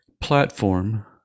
platform